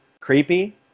Creepy